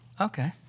okay